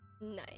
Nice